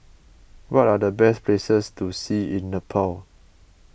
what are the best places to see in Nepal